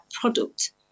product